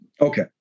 Okay